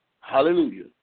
Hallelujah